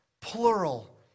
plural